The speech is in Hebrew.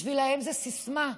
בשבילם זאת סיסמה.